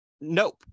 Nope